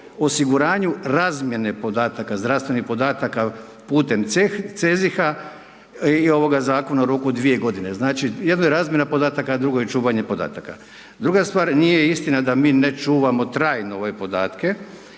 osiguranju razmjene podataka, zdravstvenih podataka putem CEH, CEZIH i ovoga zakona u roku od 2 g. Znači jednoj je razmjena podataka, a drugo je čuvanje podataka. Druga stvar, nije istina da mi ne čuvamo trajno ove podatke,